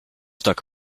tak